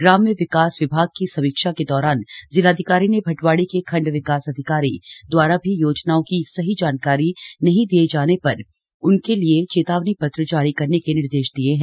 ग्राम्य विकास विभाग की समीक्षा के दौरान जिलाधिकारी ने भटवाड़ी के खण्ड विकास अधिकारी दवारा भी योजनाओं की सही जानकारी नहीं दिये जाने पर उनके के लिए चेतावनी पत्र जारी करने के निर्देश दिये हैं